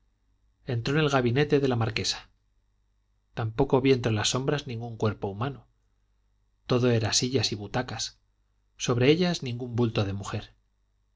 entró en el gabinete de la marquesa tampoco vio entre las sombras ningún cuerpo humano todo era sillas y butacas sobre ellas ningún bulto de mujer